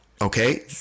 Okay